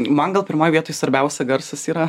man gal pirmoj vietoj svarbiausia garsas yra